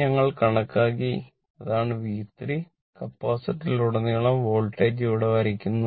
ഞങ്ങൾ കണക്കാക്കി അതാണ് V3 കപ്പാസിറ്ററിലുടനീളം വോൾട്ടേജ് ഇവിടെ വരയ്ക്കുന്നത്